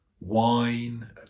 wine